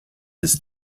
ist